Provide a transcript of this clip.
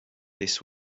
this